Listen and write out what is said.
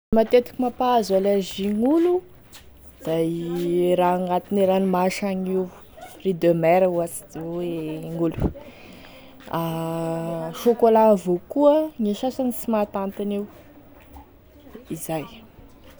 Matetiky mampahazo alerzia gn'olo da e raha agnantine ranomasy agny io, fruits de mer hoasy- hoy gn'olo, chocolat avao koa e sasany sy mahatanty an'io, izay.